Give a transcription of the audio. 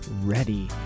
ready